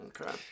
Okay